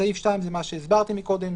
סעיף 2 זה מה שהסברתי קודם,